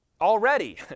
already